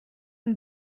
and